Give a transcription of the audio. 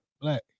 Black